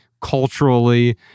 culturally